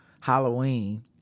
halloween